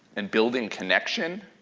and building connection,